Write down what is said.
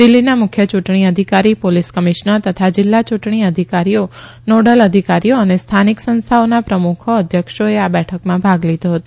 દિલ્જીના મુખ્ય ચુંટણી અધિકારી પોલીસ કમિશ્નર તથા જીલ્લા ચુંટણી અધિકારીઓ નોડલ અધિકારીઓ અને સ્થાનિક સંસ્થાઓના પ્રમુખો અધ્યક્ષોએ આ બેઠકમાં ભાગ લીધો હતો